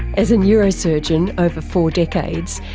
as a neurosurgeon over four decades,